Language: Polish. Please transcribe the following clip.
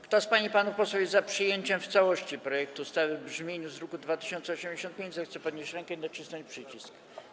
Kto z pań i panów posłów jest za przyjęciem w całości projektu ustawy w brzmieniu z druku nr 2085, zechce podnieść rękę i nacisnąć przycisk.